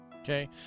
Okay